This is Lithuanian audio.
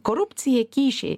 korupcija kyšiai